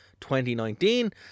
2019